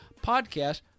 podcast